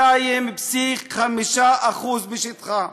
להבין: כשמדובר על הפקעת אדמה